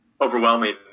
overwhelming